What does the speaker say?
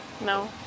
No